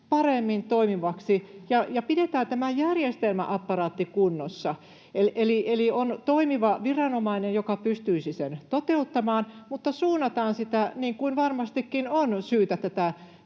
paremmin toimivaksi ja pidetään tämä järjestelmäapparaatti kunnossa. Eli on toimiva viranomainen, joka pystyisi sen toteuttamaan, mutta suunnataan sitä, niin kuin varmastikin on syytä tätä